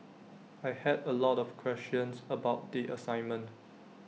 I had A lot of questions about the assignment